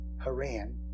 Haran